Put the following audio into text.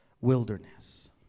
wilderness